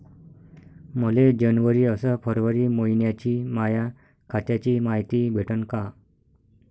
मले जनवरी अस फरवरी मइन्याची माया खात्याची मायती भेटन का?